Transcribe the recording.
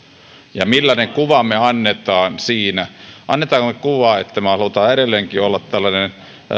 ja siitä millaisen kuvan me annamme siinä annammeko me kuvan että me haluamme edelleenkin olla tällainen